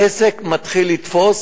העסק מתחיל לתפוס,